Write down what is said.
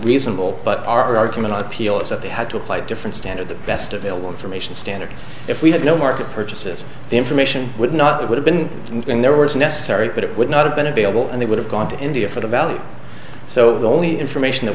reasonable but our argument on appeal is that they had to apply a different standard the best available information standard if we had no market purchases the information would not have been going there was necessary but it would not have been available and they would have gone to india for the value so the only information that